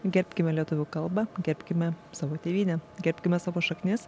gerbkime lietuvių kalbą gerbkime savo tėvynę gerbkime savo šaknis